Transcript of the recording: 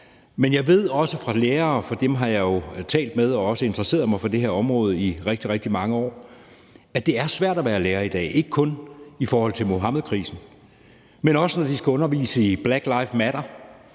men jeg ved også fra lærere – for dem har jeg jo talt med, og jeg har også interesseret mig for det her område i rigtig, rigtig mange år – at det er svært at være lærer i dag, ikke kun i forhold til Muhammedkrisen, men også, når de skal undervise i Black Lives Matter,